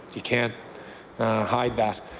you can't hide that.